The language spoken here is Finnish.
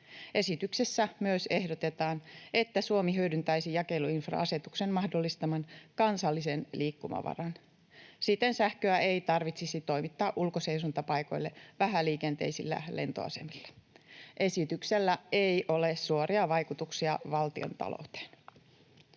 Esityksessä myös ehdotetaan, että Suomi hyödyntäisi jakeluinfra-asetuksen mahdollistaman kansallisen liikkumavaran. Siten sähköä ei tarvitsisi toimittaa ulkoseisontapaikoille vähäliikenteisillä lentoasemilla. Esityksellä ei ole suoria vaikutuksia valtiontalouteen.